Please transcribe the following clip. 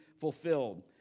fulfilled